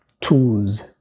tools